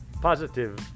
positive